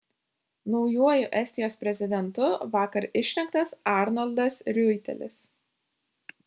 naujuoju estijos prezidentu vakar išrinktas arnoldas riuitelis